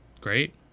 great